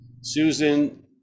Susan